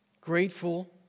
grateful